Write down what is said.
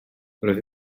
roedd